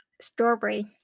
strawberry